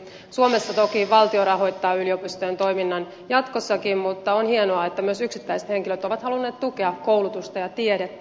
suomessa toki valtio rahoittaa yliopistojen toiminnan jatkossakin mutta on hienoa että myös yksittäiset henkilöt ovat halunneet tukea koulutusta ja tiedettä